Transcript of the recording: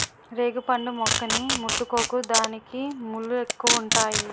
రేగుపండు మొక్కని ముట్టుకోకు దానికి ముల్లెక్కువుంతాయి